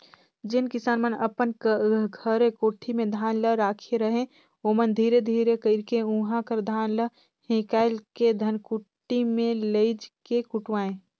जेन किसान मन अपन घरे कोठी में धान ल राखे रहें ओमन धीरे धीरे कइरके उहां कर धान ल हिंकाएल के धनकुट्टी में लेइज के कुटवाएं